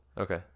okay